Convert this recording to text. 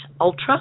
Ultra